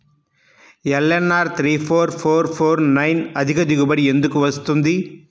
LNR three four four four nine అధిక దిగుబడి ఎందుకు వస్తుంది?